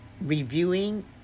Reviewing